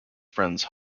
friends